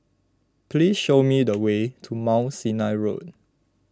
please show me the way to Mount Sinai Road